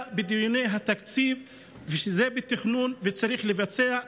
בדיוני התקציב ושזה בתכנון וצריך לבצע.